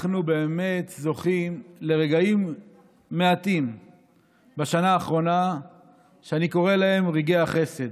אנחנו באמת זוכים לרגעים מעטים בשנה האחרונה שאני קורא להם רגעי חסד,